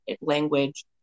Language